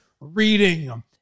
Reading